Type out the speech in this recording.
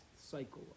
cycle